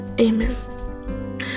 Amen